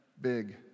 big